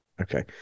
Okay